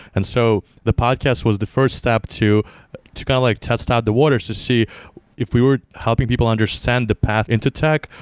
and so, the podcast was the first step to to kind of like test out the waters to see if we were helping people understand the path into tech,